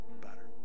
better